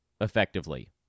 effectively